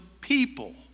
people